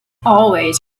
always